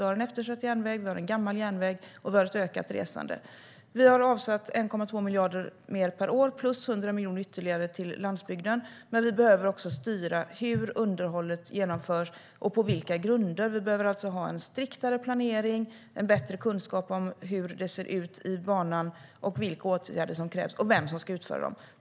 Vi har en eftersatt järnväg, en gammal järnväg, och ett ökat resande. Vi har avsatt 1,2 miljarder mer per år plus 100 miljoner ytterligare till landsbygden, men vi behöver också styra hur underhållet genomförs och på vilka grunder. Vi behöver alltså ha striktare planering och bättre kunskap om hur det ser ut på banan, vilka åtgärder som krävs och vem som ska utföra dem.